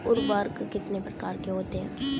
उर्वरक कितने प्रकार के होते हैं?